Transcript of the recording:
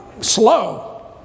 slow